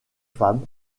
femmes